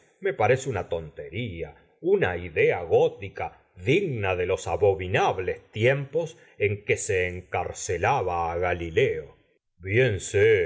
me parece una tontería una idea gótica digna de los abominables tiempos en que s encarcelaba á galileo